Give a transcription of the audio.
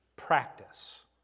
Practice